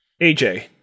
AJ